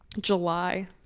July